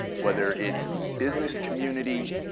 whether it's the business community.